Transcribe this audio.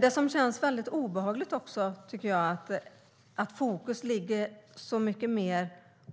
Det som också känns väldigt obehagligt, tycker jag, är att fokus ligger mycket mer